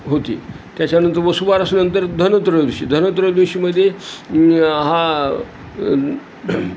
होते त्याच्यानंतर वसुबारसनंतर धनोत्रयोदशी धनोत्रयोदशीमध्ये हा